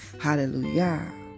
Hallelujah